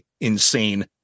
insane